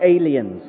aliens